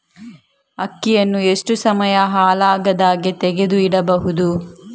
ಅಕ್ಕಿಯನ್ನು ಎಷ್ಟು ಸಮಯ ಹಾಳಾಗದಹಾಗೆ ತೆಗೆದು ಇಡಬಹುದು?